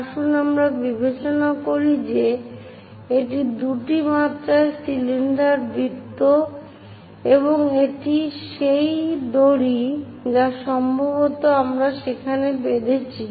আসুন আমরা বিবেচনা করি যে এটি দুটি মাত্রায় সিলিন্ডার বৃত্ত এবং এটি সেই দড়ি যা সম্ভবত আমরা সেখানে বেঁধেছি